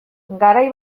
garai